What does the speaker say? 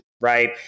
right